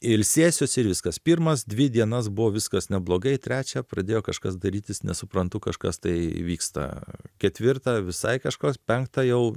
ilsėsiuosi ir viskas pirmas dvi dienas buvo viskas neblogai trečia pradėjo kažkas darytis nesuprantu kažkas tai vyksta ketvirta visai kažkas penktą jau